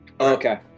Okay